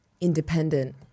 independent